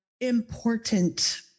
important